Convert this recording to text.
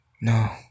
no